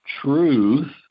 truth